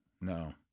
No